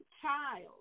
child